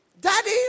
Daddy